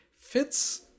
fits